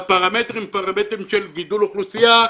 והפרמטרים יהיו פרמטרים של גידול אוכלוסייה,